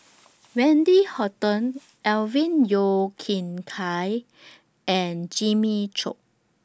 Wendy Hutton Alvin Yeo Khirn Hai and Jimmy Chok